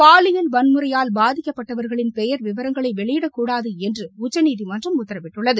பாலியல் வன்முறையால் பாதிக்க்ப்பட்டவர்களின் பெயர் விவரங்களை வெளியிடக்கூடாது என்று உச்சநீதிமன்றம் உத்தரவிட்டுள்ளது